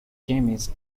chemist